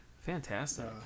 Fantastic